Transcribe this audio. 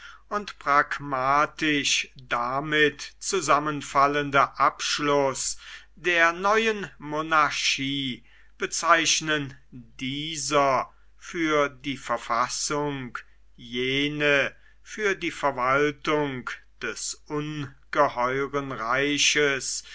und pragmatisch damit zusammenfallende abschluß der neuen monarchie bezeichnen dieser für die verfassung jene für die verwaltung des ungeheuren reiches